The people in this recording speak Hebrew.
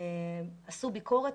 עשו ביקורת,